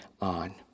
on